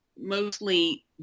Mostly